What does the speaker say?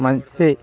మంచి